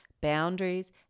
Boundaries